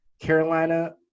Carolina